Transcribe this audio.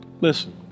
Listen